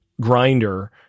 grinder